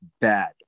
bad